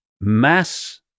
mass